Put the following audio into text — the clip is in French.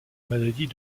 maladie